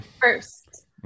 First